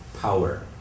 power